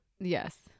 Yes